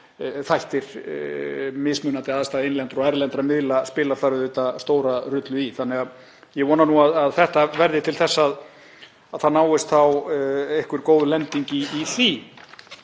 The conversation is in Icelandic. þetta verði til þess að það náist þá einhver góð lending í því.